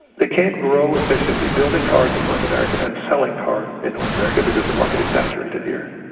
they can't grow if they're simply building cars in north america and selling cars in north america, because the market is saturated here.